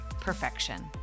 perfection